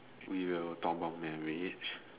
we will talk about marriage